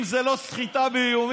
אם זו לא סחיטה באיומים,